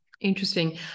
Interesting